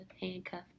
handcuff